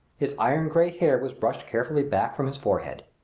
his iron-gray hair was brushed carefully back from his forehead.